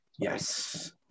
Yes